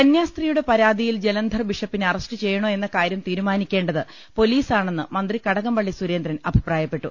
കന്യാസ്ത്രീയുടെ പരാതിയിൽ ജലന്ധർ ബിഷപ്പിനെ അറസ്റ്റ് ചെയ്യണോ എന്ന കാര്യം തീരുമാനിക്കേണ്ടത് പൊലീസാണെന്ന് മന്ത്രി കടകംപള്ളി സുരേന്ദ്രൻ അഭിപ്രായപ്പെട്ടു